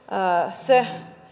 se